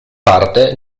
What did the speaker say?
parte